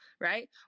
right